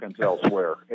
elsewhere